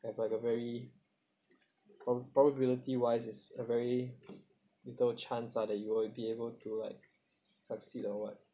have like a very pro~ probability wise is a very little chance ah that you will be able to like succeed or what